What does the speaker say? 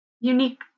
unique